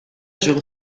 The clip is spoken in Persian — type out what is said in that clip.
جون